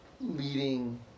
leading